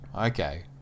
Okay